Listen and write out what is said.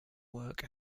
work